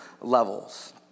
levels